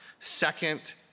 second